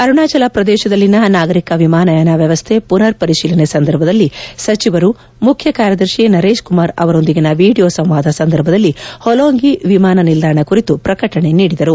ಅರುಣಾಚಲ ಪ್ರದೇಶದಳ್ಲಿನ ನಾಗರಿಕ ವಿಮಾನಯಾನ ವ್ಯವಸ್ಥೆ ಪುನರ್ ಪರಿತೀಲನೆ ಸಂದರ್ಭದಲ್ಲಿ ಸಚಿವರು ಮುಖ್ಯ ಕಾರ್ಯದರ್ಶಿ ನರೇಶ್ ಕುಮಾರ್ ಅವರದೊಂದಿಗಿನ ವೀಡಿಯೋ ಸಂವಾದ ಸಂದರ್ಭದಲ್ಲಿ ಹೊಲೋಂಗಿ ವಿಮಾನ ನಿಲ್ಲಾಣ ಕುರಿತು ಪ್ರಕಟಣೆ ನೀಡಿದರು